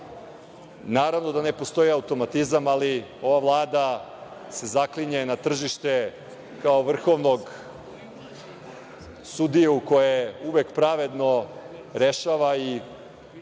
Naravno, da ne postoji automatizam ali ova Vlada se zaklinje na tržište kao vrhovnog sudiju koji uvek pravedno rešava i